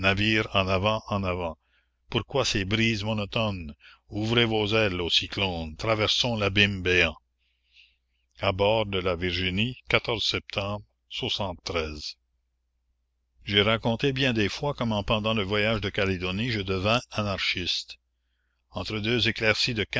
en avant en avant pourquoi ces brises monotones ouvrez vos ailes ô cyclones traversons l'abîme béant a bord de la irginie septembre ai raconté bien des fois comment pendant le voyage de calédonie je devins anarchiste entre deux éclaircies de